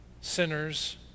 sinners